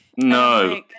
no